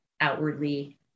outwardly